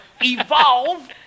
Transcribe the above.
Evolve